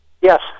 Yes